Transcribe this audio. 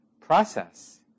process